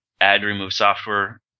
add-remove-software